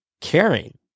caring